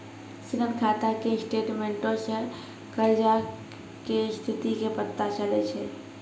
ऋण खाता के स्टेटमेंटो से कर्जा के स्थिति के पता चलै छै